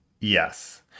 Yes